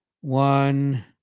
one